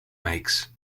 makes